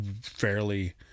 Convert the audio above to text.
fairly